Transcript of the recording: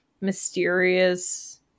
mysterious